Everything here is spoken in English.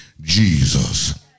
Jesus